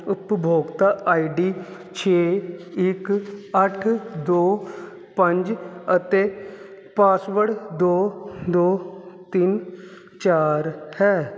ਉਪਭੋਗਤਾ ਆਈਡੀ ਛੇ ਇੱਕ ਅੱਠ ਦੋ ਪੰਜ ਅਤੇ ਪਾਸਵਰਡ ਦੋ ਦੋ ਤਿੰਨ ਚਾਰ ਹੈ